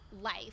life